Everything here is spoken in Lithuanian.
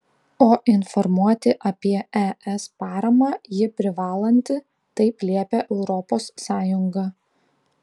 o informuoti apie es paramą ji privalanti taip liepia europos sąjunga